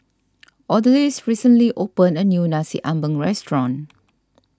Odalis recently opened a new Nasi Ambeng restaurant